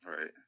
right